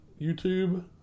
YouTube